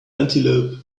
antelope